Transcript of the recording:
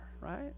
right